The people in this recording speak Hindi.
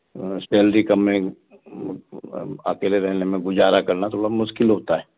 सैलरी कम में अकेले रहने में गुजारा करना थोड़ा मुश्किल होता है